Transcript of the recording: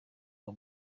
uwo